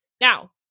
Now